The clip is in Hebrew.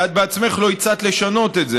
כי את בעצמך לא הצעת לשנות את זה,